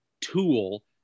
tool